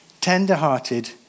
tender-hearted